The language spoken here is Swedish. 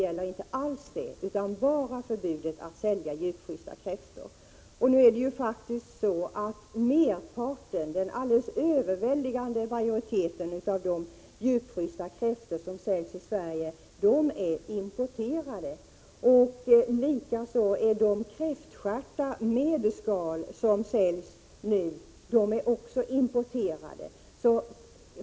Den alldeles överväldigande majoriteten av de djupfrysta kräftor som säljs i Sverige är faktiskt importerad. Likaså är de kräftstjärtar med skal som säljs nu importerade.